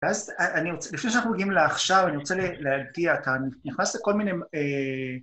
אז לפני שאנחנו מגיעים לעכשיו, אני רוצה להגיע, אתה נכנס לכל מיני...